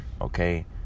okay